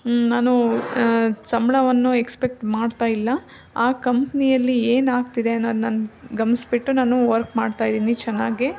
ನಾನು ಸಂಬಳವನ್ನು ಎಕ್ಷಪೆಕ್ಟ್ ಮಾಡ್ತಾ ಇಲ್ಲ ಆ ಕಂಪ್ನಿಯಲ್ಲಿ ಏನು ಆಗ್ತಿದೆ ಅನ್ನೋದು ನಾನು ಗಮನ್ಸ್ಬಿಟ್ಟು ನಾನು ವರ್ಕ್ ಮಾಡ್ತಾ ಇದ್ದೀನಿ ಚೆನ್ನಾಗಿ